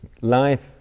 Life